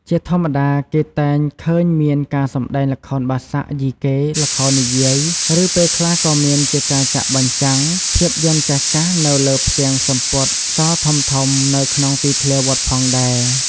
ជាធម្មតាគេតែងឃើញមានការសម្តែង ល្ខោនបាសាក់ យីកេ ល្ខោននិយាយ ឬពេលខ្លះក៏មានជាការចាក់បញ្ចាំង ភាពយន្តចាស់ៗនៅលើផ្ទាំងសំពត់សធំៗនៅក្នុងទីធ្លាវត្តផងដែរ។